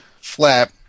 flap